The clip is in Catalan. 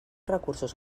recursos